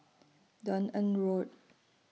Dunearn Road